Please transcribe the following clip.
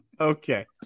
Okay